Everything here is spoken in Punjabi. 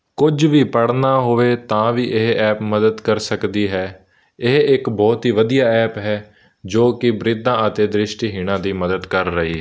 ਕੁਝ ਵੀ ਪੜ੍ਹਨਾ ਹੋਵੇ ਤਾਂ ਵੀ ਇਹ ਐਪ ਮਦਦ ਕਰ ਸਕਦੀ ਹੈ ਇਹ ਇੱਕ ਬਹੁਤ ਹੀ ਵਧੀਆ ਐਪ ਹੈ ਜੋ ਕਿ ਬ੍ਰਿਧਾਂ ਅਤੇ ਦ੍ਰਿਸ਼ਟੀਹੀਣਾਂ ਦੀ ਮਦਦ ਕਰ ਰਹੀ